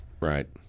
right